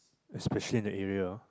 especially in the area